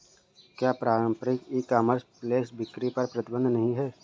क्या पारंपरिक e commerce flash बिक्री पर प्रतिबंध नहीं है?